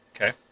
Okay